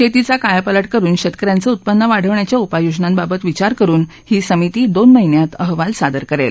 शेतीचा कायापालट करुन शेतक यांचं उत्पन्न वाढवण्याच्या उपाययोजनांबाबत विचार करुन ही समिती दोन महिन्यात अहवाल सादर करेल